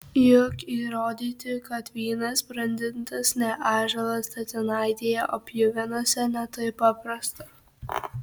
juk įrodyti kad vynas brandintas ne ąžuolo statinaitėje o pjuvenose ne taip paprasta